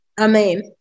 Amen